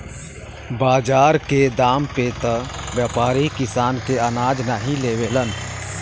बाजार के दाम पे त व्यापारी किसान के अनाज नाहीं लेवलन